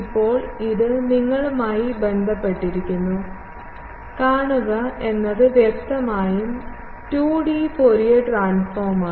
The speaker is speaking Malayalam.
ഇപ്പോൾ ഇത് നിങ്ങളുമായി ബന്ധപ്പെട്ടിരിക്കുന്നു കാണുക എന്നത് വ്യക്തമായും 2 ഡി ഫോറിയർ ട്രാൻസ്ഫോoമാണ്